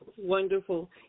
wonderful